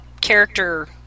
character